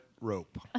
rope